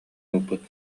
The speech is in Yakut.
ылбыт